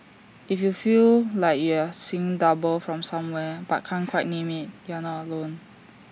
if you feel like you're seeing double from somewhere but can't quite name IT you're not alone